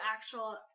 actual